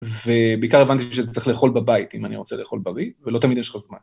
ובעיקר הבנתי שצריך לאכול בבית אם אני רוצה לאכול בריא, ולא תמיד יש לך זמן.